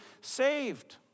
saved